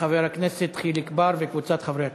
חבר הכנסת חיליק בר וקבוצת חברי הכנסת.